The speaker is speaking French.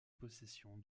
possession